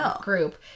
group